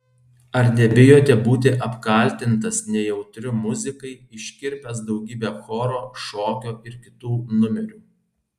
ar nebijote būti apkaltintas nejautriu muzikai iškirpęs daugybę choro šokio ir kitų numerių